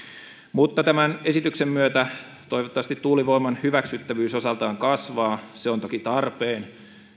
mutta tämän esityksen myötä toivottavasti tuulivoiman hyväksyttävyys osaltaan kasvaa se on toki tarpeen